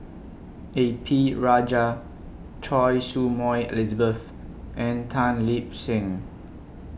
A P Rajah Choy Su Moi Elizabeth and Tan Lip Seng